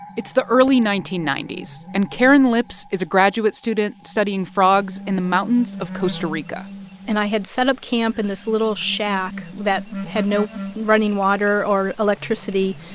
it's the early nineteen ninety s, and karen lips is a graduate student studying frogs in the mountains of costa rica and i had set up camp in this little shack that had no running water or electricity.